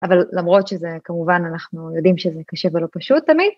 אבל למרות שזה כמובן, אנחנו יודעים שזה קשה ולא פשוט תמיד.